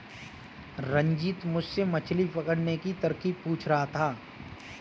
रंजित मुझसे मछली पकड़ने की तरकीब पूछ रहा था